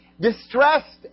distressed